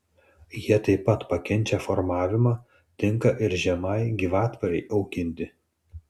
jie taip pat pakenčia formavimą tinka ir žemai gyvatvorei auginti